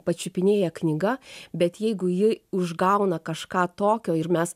pačiupinėja knyga bet jeigu ji užgauna kažką tokio ir mes